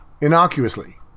Innocuously